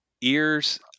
Ears